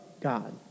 God